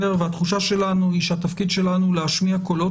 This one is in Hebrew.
התחושה שלנו היא שהתפקיד שלנו להשמיע קולות